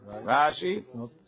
Rashi